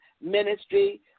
ministry